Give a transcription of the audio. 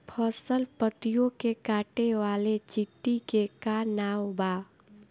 फसल पतियो के काटे वाले चिटि के का नाव बा?